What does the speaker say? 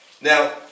Now